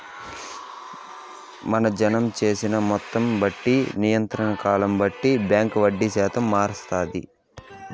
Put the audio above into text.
మన జమ జేసిన మొత్తాన్ని బట్టి, నిర్ణీత కాలాన్ని బట్టి బాంకీ వడ్డీ శాతం మారస్తాది